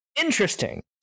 Interesting